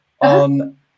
on